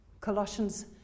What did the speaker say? Colossians